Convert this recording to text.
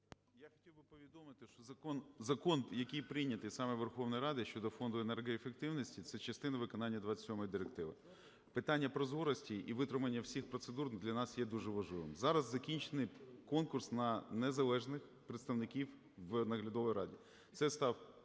Я хотів би повідомити, що закон, закон, який прийнятий саме Верховною Радою щодо фонду енергоефективності, – це частина виконання 27 директиви. Питання прозорості і витримання всіх процедур для нас є дуже важливим. Зараз закінчений конкурс на незалежних представників в Наглядовій раді. Це став